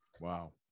Wow